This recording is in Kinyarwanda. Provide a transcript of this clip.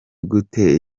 gute